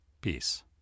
Peace